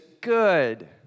good